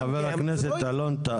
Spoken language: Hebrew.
חבר הכנסת אלון טל,